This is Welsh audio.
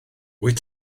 wyt